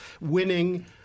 winning